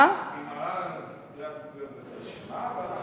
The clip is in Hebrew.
היא מראה לנו את סדרי העדיפויות ואת הרשימה,